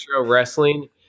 Wrestling